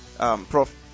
Prof